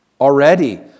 Already